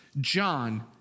John